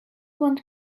want